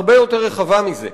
הרבה יותר רחבה מזה,